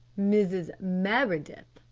mrs. meredith,